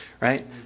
right